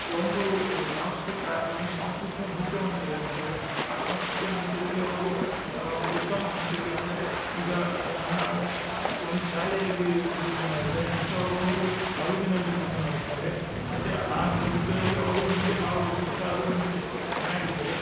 ಒಂದು ಸಾಂಸ್ಕೃತಿಕ ಒಂದು ಸಾಂಸ್ಕೃತಿಕ ನೃತ್ಯವನ್ನು ತೆಗೆದುಕೊಂಡರೆ ಆ ಸಾಂಸ್ಕೃತಿಕ ನೃತ್ಯದಲ್ಲಿ ಅವರು ಉತ್ತಮ ಹಂತಕ್ಕೆ ಅಂದರೆ ಈಗ ನಮ್ಮ ಶ ಒಂದು ಶಾಲೆಯಲ್ಲಿ ನೃತ್ಯ ಮಾಡಿದರೆ ನೆಷ್ಟ್ ಅವರು ಒಂದು ತಾಲೂಕಿನಲ್ಲಿ ನೃತ್ಯ ಮಾಡುತ್ತಾರೆ ಮತ್ತೆ ಆ ನೃತ್ಯದಲ್ಲಿ ಅವರು ಮುಂದೆ ಭಾಗವಹಿಸುತ್ತಾ ಅದು ನೃತ್ಯ ಚೆನ್ನಾಗಿದ್ದರೆ